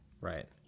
Right